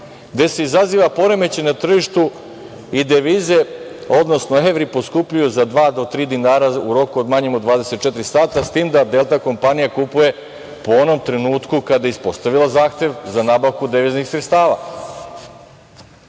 gde se izaziva poremećaj na tržištu i devize, odnosno evri poskupljuju za dva do tri dinara u roku manjem od 24 sata, s tim da „Delta kompanija“ kupuje po onom trenutku kada je uspostavila zahtev za nabavku deviznih sredstava. Kada